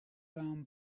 round